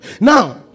Now